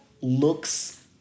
looks